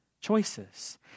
choices